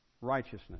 righteousness